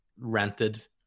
rented